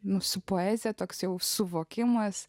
mūsų poezija toks jau suvokimas